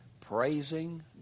praising